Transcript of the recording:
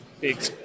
big